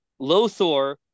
Lothor